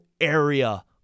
area